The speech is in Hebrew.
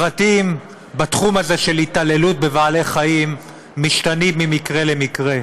הפרטים בתחום הזה של התעללות בבעלי-חיים משתנים ממקרה למקרה.